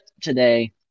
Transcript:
today